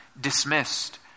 dismissed